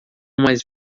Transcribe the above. mais